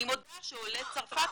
אני מודה שעולי צרפת